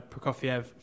prokofiev